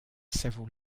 several